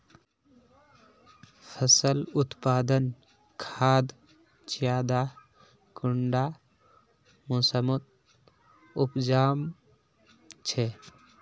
फसल उत्पादन खाद ज्यादा कुंडा मोसमोत उपजाम छै?